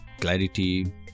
clarity